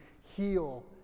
heal